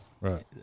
Right